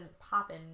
popping